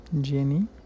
Jenny